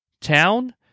town